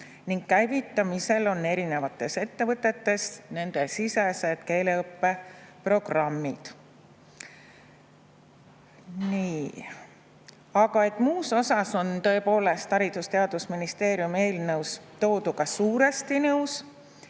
ning käivitamisel on erinevates ettevõtetes nende sisesed keeleõppeprogrammid. Aga muus osas on tõepoolest Haridus‑ ja Teadusministeerium eelnõus tooduga suuresti nõus.